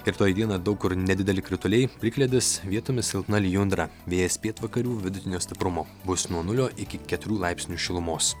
rytoj dieną daug kur nedideli krituliai plikledis vietomis silpna lijundra vėjas pietvakarių vidutinio stiprumo bus nuo nulio iki keturių laipsnių šilumos